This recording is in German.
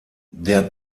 der